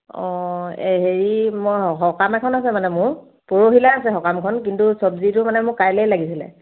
অঁ এই হেৰি মই সকাম এখন আছে মানে মোৰ পৰহিলৈ আছে সকামখন কিন্তু চবজিটো মানে মোক কাইলৈই লাগিছিলে